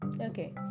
okay